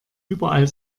überall